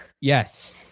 Yes